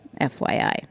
FYI